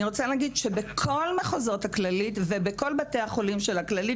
בכל מחוזות הכללית ובכל בתי החולים של הכללית,